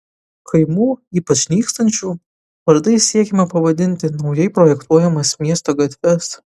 kaimų ypač nykstančių vardais siekiama pavadinti naujai projektuojamas miesto gatves